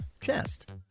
chest